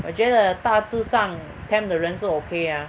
我觉得大致上 temp 的人是 okay ah